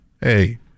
Hey